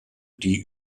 die